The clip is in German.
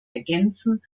ergänzen